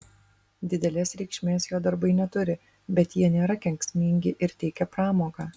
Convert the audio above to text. didelės reikšmės jo darbai neturi bet jie nėra kenksmingi ir teikia pramogą